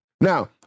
Now